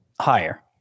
Higher